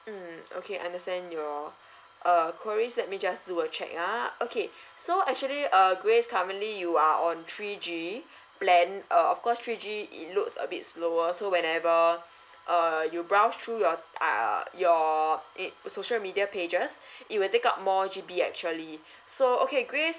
mm okay I understand your err queries let me just do a check ah okay so actually err grace currently you are on three G plan uh of course three G it looks a bit slower so whenever uh you browse through your uh your err social media pages it will take up more G_B actually so okay grace